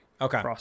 Okay